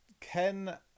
Ken